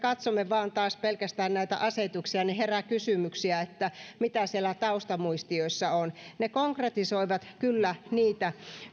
katsomme vain taas pelkästään näitä asetuksia niin herää kysymyksiä että mitä siellä taustamuistioissa on ne konkretisoivat kyllä